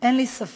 אין לי ספק